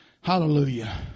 Hallelujah